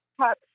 top